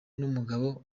n’umugabo